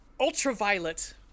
ultraviolet